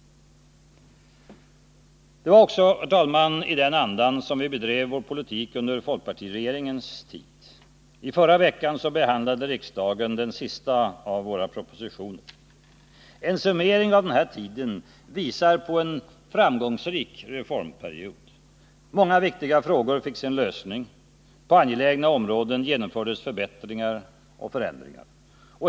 Det var också i den andan, herr talman, som vi bedrev vår politik under folkpartiregeringens tid. I förra veckan behandlade riksdagen den sista av våra propositioner. En summering av denna tid visar på en framgångsrik reformperiod. Många viktiga frågor fick sin lösning. På angelägna områden genomfördes förbättringar och förändringar.